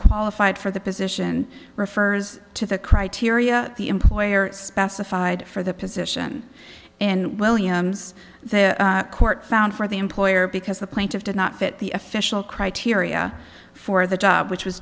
qualified for the position refers to the criteria the employer specified for the position in williams the court found for the employer because the plaintiff did not fit the official criteria for the job which was